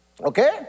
Okay